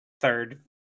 third